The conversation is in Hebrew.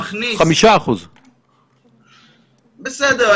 5%. בסדר.